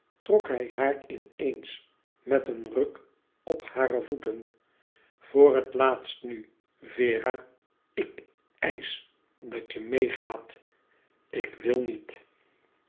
trok hij haar in eens met een ruk op hare voeten voor het laatst nu vera ik eisch dat je meê gaat ik wil niet